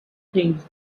things